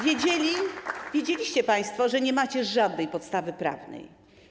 Wiedzieliście państwo, że nie macie żadnej podstawy prawnej.